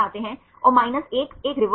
ब्लास्टक्लस्ट और PISCES